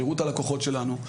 שירות הלקוחות שלנו.